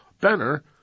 Benner